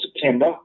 September